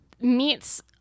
meets